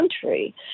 country